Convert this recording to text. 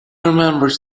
remembered